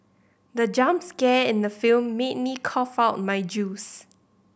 the jump scare in the film made me cough out my juice